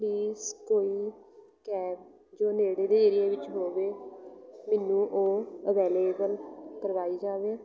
please ਕੋਈ cab ਜੋ ਨੇੜੇ ਦੇ ਏਰੀਏ ਵਿੱਚ ਹੋਵੇ ਮੈਨੂੰ ਉਹ ਅਵੇਲੇਬਲ ਕਰਵਾਈ ਜਾਵੇ